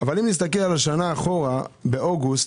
אבל אם נסתכל שנה אחורה, באוגוסט,